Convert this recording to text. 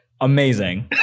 Amazing